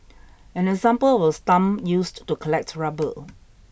an example of a stump used to collect rubber